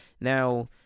Now